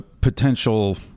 potential